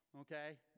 okay